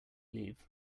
leave